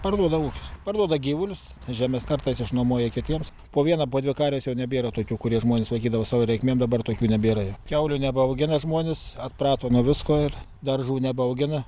parduoda ūkius parduoda gyvulius žemes kartais išnuomoja kitiems po vieną po dvi karves jau nebėra tokių kurie žmonės laikydavo savo reikmėm dabar tokių nebėra jau kiaulių nebeaugina žmonės atprato nuo visko ir daržų nebaugina